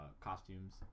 costumes